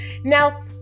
Now